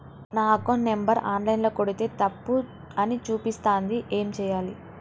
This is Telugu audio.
నా అకౌంట్ నంబర్ ఆన్ లైన్ ల కొడ్తే తప్పు అని చూపిస్తాంది ఏం చేయాలి?